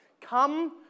Come